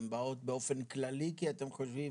הן באות באופן כללי כי אתם חושבים